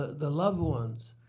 the loved ones,